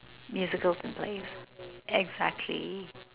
musicals and plays exactly